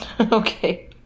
Okay